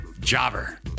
jobber